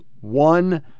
one